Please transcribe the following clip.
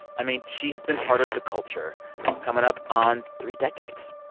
i mean, she has been part of the culture coming up on three decades.